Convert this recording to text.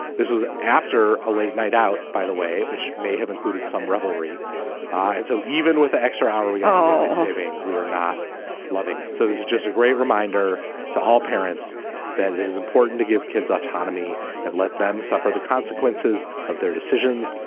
this was after a late night out by the way which may have included some revelry and so even with the extra hour we owe savings we were not loving it. so this is just a great reminder to all parents that it it is important to give kids autonomy and let them suffer the consequences of their decisions.